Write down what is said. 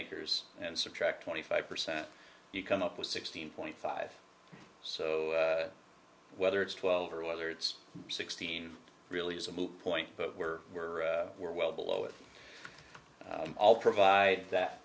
acres and subtract twenty five percent you come up with sixteen point five so whether it's twelve or whether it's sixteen really is a moot point but we're we're we're well below it all provide that